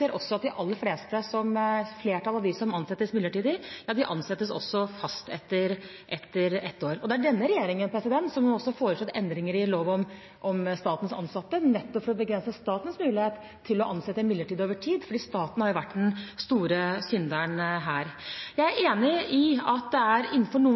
også at et flertall av dem som ansettes midlertidig, ansettes fast etter ett år. Det er denne regjeringen som har foreslått endringer i lov om statens ansatte, nettopp for å begrense statens mulighet til å ansette midlertidig over tid, fordi staten har vært den store synderen her. Jeg er enig i at vi innenfor noen